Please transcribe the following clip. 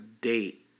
date